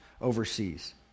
overseas